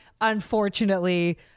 unfortunately